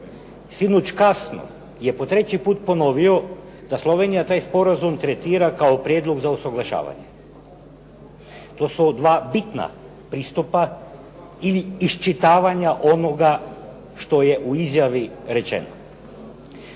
sinoć kasno je po treći put je ponovio da Slovenija taj sporazum tretira kao prijedlog za usuglašavanje. To su dva bitna pristupa ili iščitavanja onoga što je u izjavi rečeno.